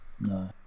no